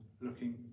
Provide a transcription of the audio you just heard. looking